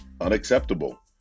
unacceptable